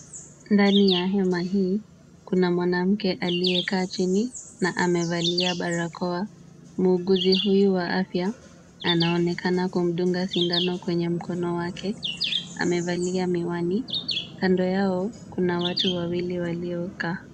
Ndani ya hema hii kuna mwanamke aliyekaa chini na amevalia barakoa. Muuguzi huyu wa afya anaonekana kumdunga sindano kwenye mkono wake. Amevalia miwani. Kando yao kuna watu wawili waliokaa.